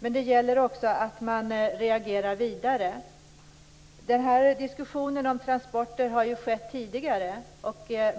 Men det gäller att också reagera fortsättningsvis. Det har tidigare varit diskussioner om transporterna.